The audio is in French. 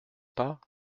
pas